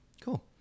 Cool